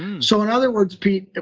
so in other words, pete,